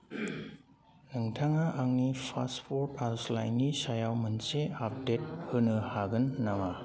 नोंथाङा आंनि पासपर्ट आर'जलाइनि सायाव मोनसे आपडेट होनो हागोन नामा